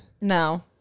No